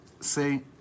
say